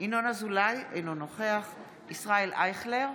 ינון אזולאי, אינו נוכח ישראל אייכלר,